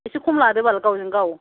एसे खम लादोबाल गावजों गाव